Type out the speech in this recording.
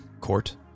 court